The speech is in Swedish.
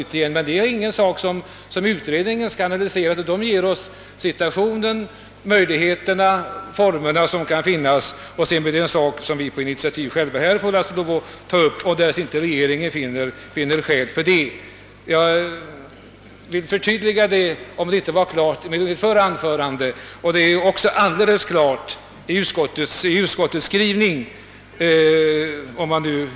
Utredningen klargör situationen för oss och ger oss hänvisning till de former och möjligheter som kan finnas. Sedan får vi ta initiativ själva, därest inte regeringen finner skäl till det. Jag har welat förtydliga detta, om det inte klart framgick av mitt förra anförande. Det framgår för övrigt också alldeles klart av utskottets skrivning.